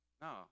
No